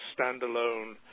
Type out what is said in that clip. standalone